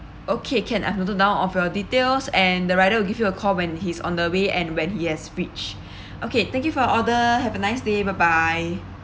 okay can I've noted down of your details and the rider will give you a call when he's on the way and when he has reached okay thank you for your order have a nice day bye bye